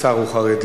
השר הוא חרדי,